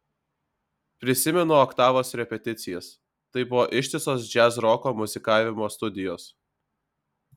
prisimenu oktavos repeticijas tai buvo ištisos džiazroko muzikavimo studijos